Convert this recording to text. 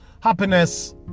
happiness